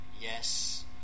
yes